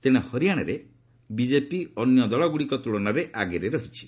ତେଶେ ହରିୟାଣାରେ ବିଜେପି ଅନ୍ୟ ଦଳଗୁଡ଼ିକ ତୁଳନାରେ ଆଗରେ ରହିଛି